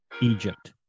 Egypt